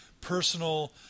personal